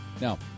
Now